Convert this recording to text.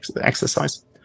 exercise